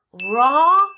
raw